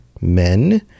men